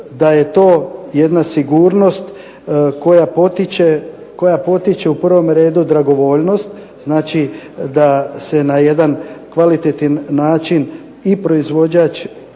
da je to jedna sigurnost koja potiče u prvom redu dragovoljnost. Znači, da se na jedan kvalitetan način i proizvođač